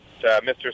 Mr